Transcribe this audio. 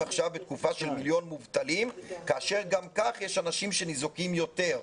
עכשיו בתקופה של מיליון מובטלים כאשר גם כך יש אנשים שניזוקים יותר.